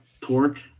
Torque